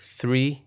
three